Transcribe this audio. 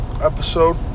episode